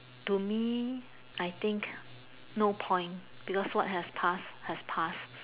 to me I think no point because what has passed has passed